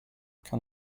can